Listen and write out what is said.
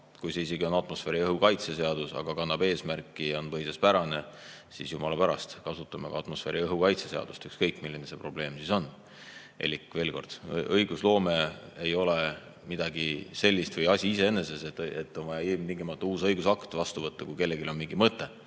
Kui see isegi on atmosfääriõhu kaitse seadus, aga kannab eesmärki ja on põhiseaduspärane, siis jumala pärast, kasutame ka atmosfääriõhu kaitse seadust, ükskõik milline see probleem siis on. Elik veel kord: õigusloome ei ole midagi sellist või asi iseeneses, et on vaja ilmtingimata uus õigusakt vastu võtta, kui kellelgi on mingi mõte,